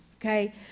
Okay